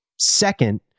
Second